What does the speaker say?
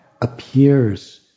appears